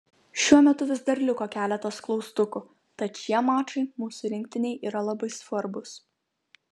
šiuo metu vis dar liko keletas klaustukų tad šie mačai mūsų rinktinei yra labai svarbūs